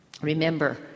Remember